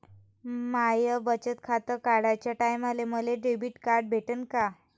माय बचत खातं काढाच्या टायमाले मले डेबिट कार्ड भेटन का?